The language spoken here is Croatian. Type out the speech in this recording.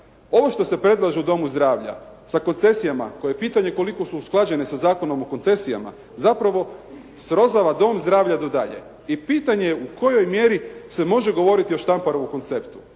Ovo što se predlaže u domu zdravlja sa koncesijama koje pitanje je koliko su usklađene sa Zakonom o koncesijama zapravo srozava dom zdravlja do dalje i pitanje je u kojoj mjeri se može govoriti o Štamparovu konceptu.